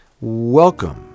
Welcome